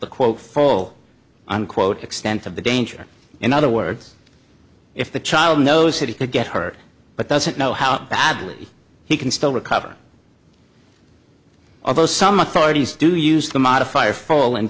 the quote full unquote extent of the danger in other words if the child knows he could get hurt but doesn't know how badly he can still recover although some authorities do use the modifier full and